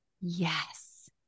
Yes